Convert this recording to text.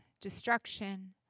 destruction